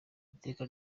iteka